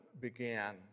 began